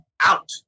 out